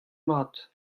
mat